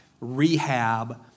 rehab